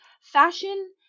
fashion